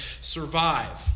survive